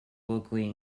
locally